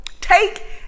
take